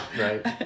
Right